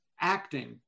acting